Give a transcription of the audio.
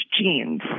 genes